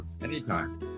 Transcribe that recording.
anytime